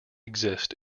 exist